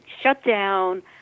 shutdown